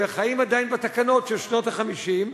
וחיים עדיין בתקנות של שנות ה-50,